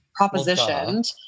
propositioned